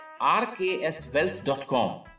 RKSWealth.com